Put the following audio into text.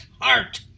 heart